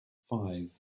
five